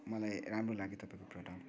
मलाई राम्रो लाग्यो तपाईँको प्रडक्ट